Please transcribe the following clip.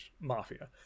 Mafia